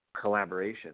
collaboration